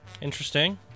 Interesting